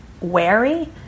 wary